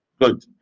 Good